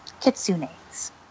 kitsune's